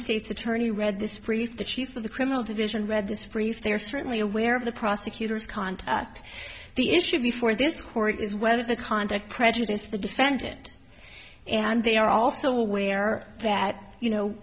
states attorney read this brief the chief of the criminal division read this brief they're strictly aware of the prosecutor's contact the issue before this court is whether the conduct prejudiced the defendant and they are also aware that you know